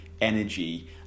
energy